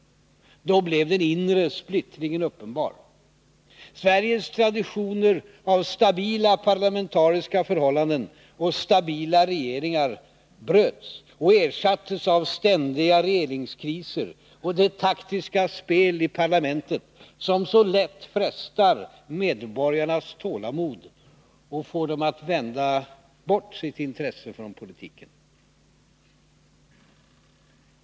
Då blev den inre splittringen uppenbar. Sveriges traditioner av stabila parlamentariska förhållanden och stabila regeringar bröts och ersattes av ständiga regeringskriser och det taktiska spel i parlamentet som så lätt frestar medborgarnas tålamod och får dem att vända sitt intresse bort från politiken.